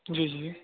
جی جی